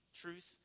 Truth